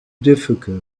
difficult